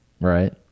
right